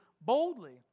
boldly